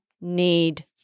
need